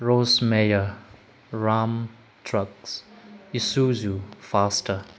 ꯔꯣꯁ ꯃꯌꯥ Ram trucks Isuzu ꯐꯥꯁꯇꯥ